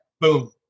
Boom